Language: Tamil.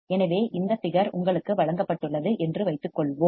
எனவே இந்த ஃபிகர் உங்களுக்கு வழங்கப்பட்டுள்ளது என்று வைத்துக்கொள்வோம்